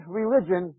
religion